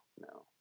no